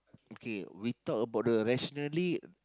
okay we talk about the rationally